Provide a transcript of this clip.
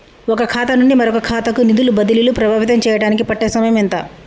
ఒక ఖాతా నుండి మరొక ఖాతా కు నిధులు బదిలీలు ప్రభావితం చేయటానికి పట్టే సమయం ఎంత?